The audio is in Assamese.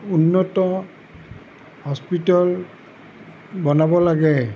উন্নত হস্পিতেল বনাব লাগে